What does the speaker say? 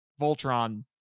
Voltron